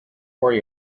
worry